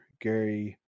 Gary